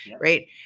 right